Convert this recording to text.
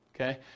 okay